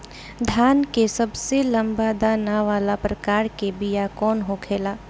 धान के सबसे लंबा दाना वाला प्रकार के बीया कौन होखेला?